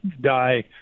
die